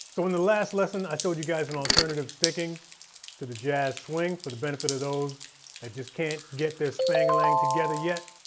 so in the last lesson i showed you guys an alternative sticking to the jazz swing for the benefit of those that just can't get their spang-a-lang together yet.